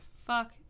fuck